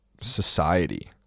society